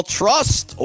trust